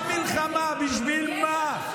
אני לא מבינה, עכשיו מלחמה, בשביל מה?